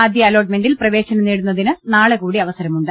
ആദ്യ അലോ ട്ട്മെന്റിൽ പ്രവേശനം നേടുന്നതിന് നാളെ കൂടി അവ സരമുണ്ട്